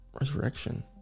Resurrection